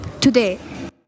today